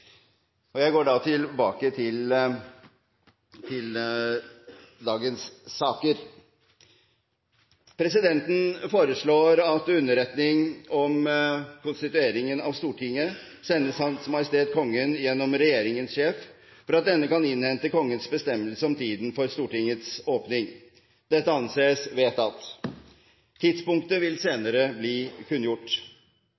Presidenten foreslår at underretning om konstitueringen av Stortinget sendes Hans Majestet Kongen gjennom regjeringens sjef for at denne kan innhente Kongens bestemmelse om tiden for Stortingets åpning. – Det anses vedtatt. Tidspunktet vil